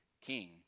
king